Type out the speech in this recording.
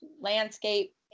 landscape